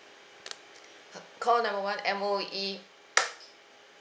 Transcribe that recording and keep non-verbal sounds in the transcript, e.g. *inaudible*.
uh call number one M_O_E *noise*